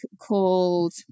called